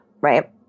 right